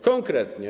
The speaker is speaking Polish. Konkretnie.